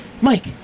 mike